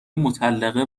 مطلقه